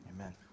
Amen